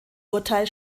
urteil